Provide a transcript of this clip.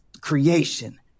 creation